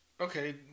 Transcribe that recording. Okay